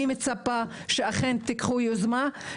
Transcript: אני מצפה שאכן תיקחו יוזמה.